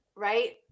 right